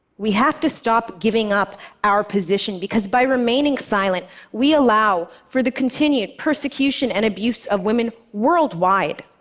we have to stop giving up our position, because by remaining silent, we allow for the continued persecution and abuse of women worldwide.